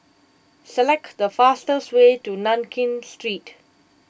select the fastest way to Nankin Street